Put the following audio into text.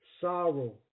sorrow